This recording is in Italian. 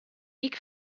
nick